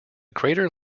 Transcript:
crater